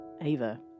Ava